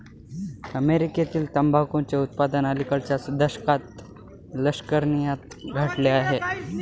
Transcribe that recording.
अमेरीकेतील तंबाखूचे उत्पादन अलिकडच्या दशकात लक्षणीयरीत्या घटले आहे